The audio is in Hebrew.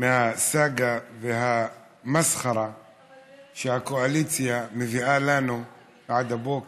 מהסאגה והמסחרה שהקואליציה מביאה לנו עד הבוקר,